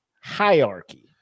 hierarchy